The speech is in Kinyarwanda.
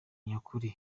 nyakuri